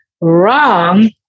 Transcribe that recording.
wrong